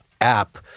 app